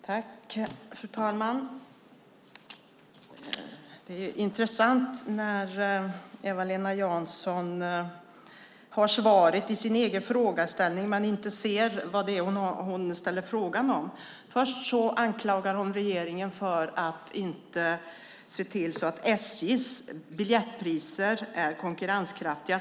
Fru talman! Det är intressant när Eva-Lena Jansson har svaret i sin egen frågeställning men inte ser vad det är hon ställer frågan om. Först anklagar hon regeringen för att inte se till att SJ:s biljettpriser är konkurrenskraftiga.